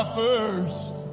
first